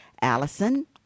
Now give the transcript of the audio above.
Allison